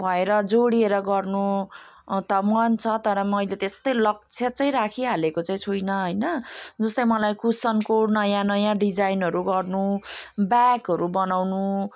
भएर जोडिएर गर्नु त मन छ तर मैले त्यस्तै लक्ष्य चाहिँ राखिहालेको चाहिँ छुइनँ हैन जस्तै मलाई कुसनको नयाँ नयाँ डिजाइनहरू गर्नु ब्यागहरू बनाउनु